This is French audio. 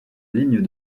lignes